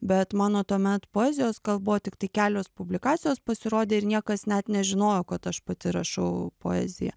bet mano tuomet poezijos gal buvo tiktai kelios publikacijos pasirodę ir niekas net nežinojo kad aš pati rašau poeziją